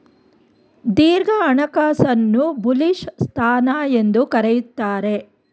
ದೀರ್ಘ ಹಣಕಾಸನ್ನು ಬುಲಿಶ್ ಸ್ಥಾನ ಎಂದು ಕರೆಯುತ್ತಾರೆ